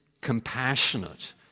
compassionate